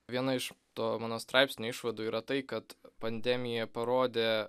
viena iš to mano straipsnio išvadų yra tai kad pandemija parodė